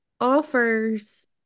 offers